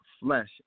flesh